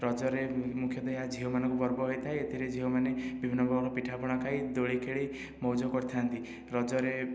ରଜରେ ମୁଖ୍ୟତଃ ଏହା ଝିଅମାନଙ୍କ ପର୍ବ ହୋଇଥାଏ ଏଥିରେ ଝିଅମାନେ ବିଭିନ୍ନ ପ୍ରକାର ପିଠା ପଣା ଖାଇ ଦୋଳି ଖେଳି ମଉଜ କରିଥାନ୍ତି ରଜରେ